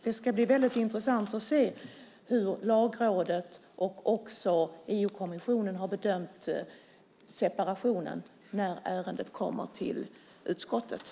Det ska bli väldigt intressant att se hur Lagrådet och EU-kommissionen har bedömt separationen när ärendet kommer till utskottet.